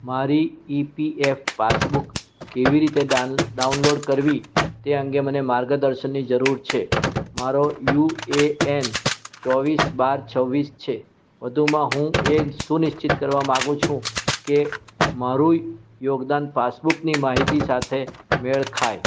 મારી E P F passbook કેવી રીતે ડાઉ ડાઉનલોડ કરવી તે અંગે મને માર્ગદર્શનની જરૂર છે મારો યુ એ એન ચોવીસ બાર છવ્વીસ છે વધુમાં હું એ જ સુનિશ્ચિત કરવા માંગુ છું કે મારું યોગદાન પાસબુકની માહિતી સાથે મેળ ખાય